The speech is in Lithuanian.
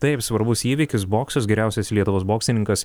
taip svarbus įvykis boksas geriausias lietuvos boksininkas